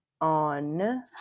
on